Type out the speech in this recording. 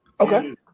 Okay